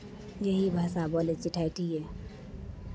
यही भाषा बोलै छियै ठेठिए